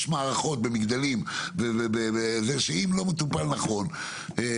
יש במגדלים מערכות שאם הן לא מטופלות נכון זה סכנה.